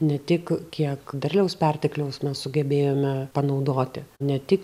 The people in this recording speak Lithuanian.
ne tik kiek derliaus pertekliaus mes sugebėjome panaudoti ne tik